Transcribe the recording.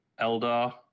Eldar